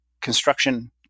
construction